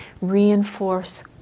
reinforce